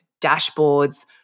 dashboards